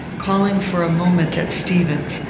calling for a moment at stevens's,